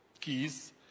keys